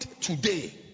today